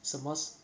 什么